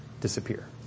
disappear